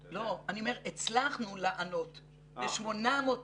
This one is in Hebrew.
לא, אני אומר, הצלחנו לענות ל-800,000.